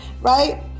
right